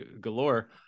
galore